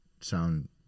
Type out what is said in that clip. sound